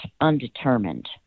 undetermined